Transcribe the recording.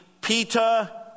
Peter